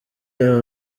aba